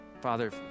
Father